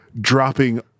dropping